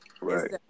Right